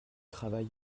travail